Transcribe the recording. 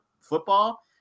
football